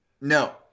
No